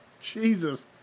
Jesus